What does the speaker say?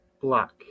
Black